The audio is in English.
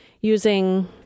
using